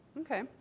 okay